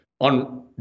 on